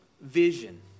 vision